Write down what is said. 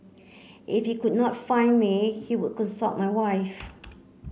if he could not find me he would consult my wife